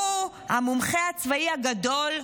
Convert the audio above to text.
הוא, המומחה הצבאי הגדול,